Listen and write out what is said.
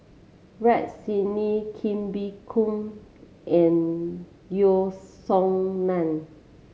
Rex Shelley Kee Bee Khim and Yeo Song Nian